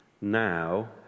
Now